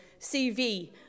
CV